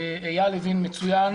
איל הבין מצוין,